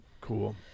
cool